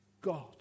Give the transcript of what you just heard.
God